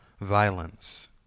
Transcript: violence